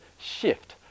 shift